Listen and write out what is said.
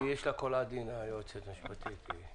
יש לה קול עדין, ליועצת המשפטי.